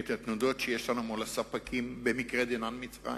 את התנודות שיש לנו עם הספקים, במקרה דנן, מצרים.